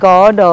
God